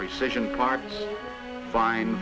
precision parts fine